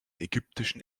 ägyptischen